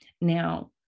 Now